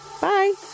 Bye